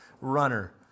runner